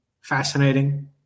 fascinating